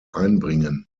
einbringen